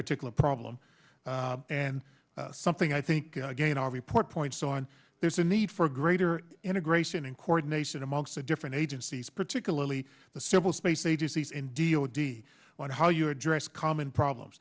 particular problem and something i think again our report points on there's a need for greater integration in coordination amongst the different agencies particularly the civil space agencies in d o d on how you address common problems